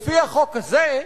לפי החוק הזה,